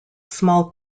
small